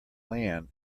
land